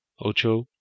Ocho